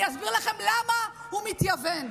אני אסביר לכם למה הוא מתייוון.